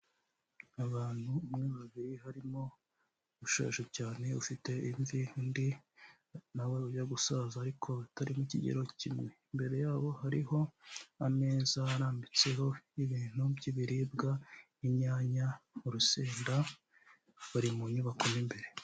Abantu umwe babiri harimo ushaje cyane ufite imvi undi nawe ujya gusaza ariko batari mu ikigero kimwe, imbere yabo hariho ameza arambitseho ibintu by'ibiribwa inyanya, urusenda bari mu nyubako mi imbere.